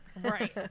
right